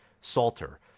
Salter